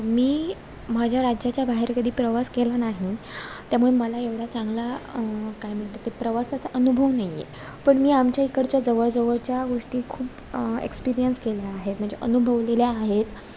मी माझ्या राज्याच्या बाहेर कधी प्रवास केला नाही त्यामुळे मला एवढा चांगला काय म्हणतात ते प्रवासाचा अनुभव नाही आहे पण मी आमच्या इकडच्या जवळजवळच्या गोष्टी खूप एक्सपिरीयन्स केल्या आहेत म्हणजे अनुभवलेल्या आहेत